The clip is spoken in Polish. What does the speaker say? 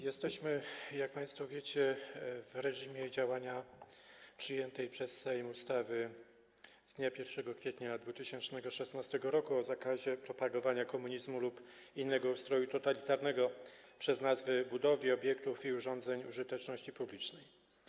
Jesteśmy, jak państwo wiecie, w reżimie działania przyjętej przez Sejm ustawy z dnia 1 kwietnia 2016 r. o zakazie propagowania komunizmu lub innego ustroju totalitarnego przez nazwy budowli, obiektów i urządzeń użyteczności publicznej.